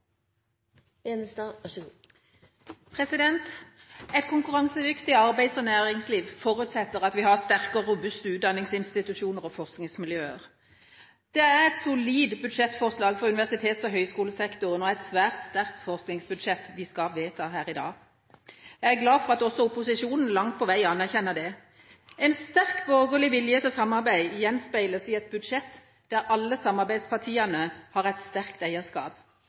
et solid budsjettforslag for universitets- og høyskolesektoren og et svært sterkt forskningsbudsjett vi skal vedta her i dag. Jeg er glad for at også opposisjonen langt på vei anerkjenner det. En sterk borgerlig vilje til samarbeid gjenspeiles i et budsjett der alle samarbeidspartiene har et sterkt eierskap,